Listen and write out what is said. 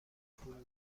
خوبی